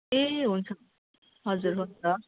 ए हुन्छ हजुर हुन्छ